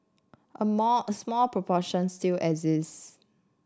a more a small proportion still exist